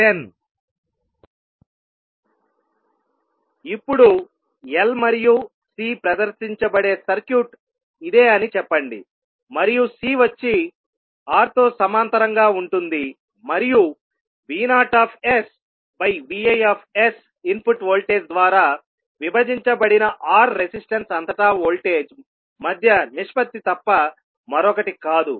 HsV0Vi10s23s10 ఇప్పుడు L మరియు C ప్రదర్శించబడే సర్క్యూట్ ఇదే అని చెప్పండి మరియు C వచ్చి R తో సమాంతరంగా ఉంటుంది మరియు V0Vi ఇన్పుట్ వోల్టేజ్ ద్వారా విభజించబడిన R రెసిస్టన్స్ అంతటా వోల్టేజ్ మధ్య నిష్పత్తి తప్ప మరొకటి కాదు